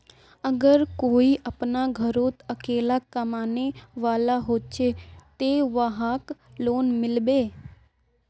अगर कोई अपना घोरोत अकेला कमाने वाला होचे ते वहाक लोन मिलबे?